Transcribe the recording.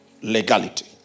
legality